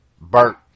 Bert